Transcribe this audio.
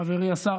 חברי השר,